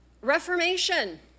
Reformation